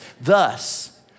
Thus